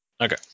Okay